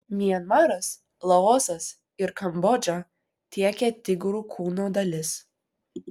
mianmaras laosas ir kambodža tiekia tigrų kūno dalis